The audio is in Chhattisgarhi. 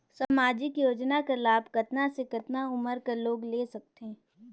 समाजिक योजना कर लाभ कतना से कतना उमर कर लोग ले सकथे?